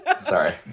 Sorry